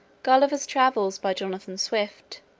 gulliver's travels by jonathan swift